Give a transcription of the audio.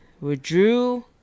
withdrew